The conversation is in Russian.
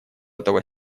этого